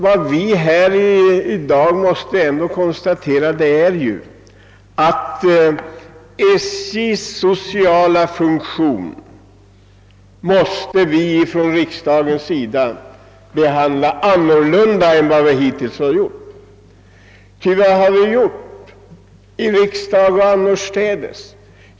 Vad vi här i dag ändå måste konstatera är att vi från riksdagens sida måste behandla SJ:s sociala funktion annorlunda än vi hittills gjort. Vad har vi gjort i riksdag och annorstädes?